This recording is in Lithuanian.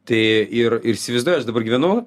tai ir ir įsivaizduoji aš dabar gyvenu